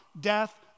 death